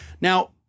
Now